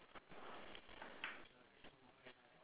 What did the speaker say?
is there any any wording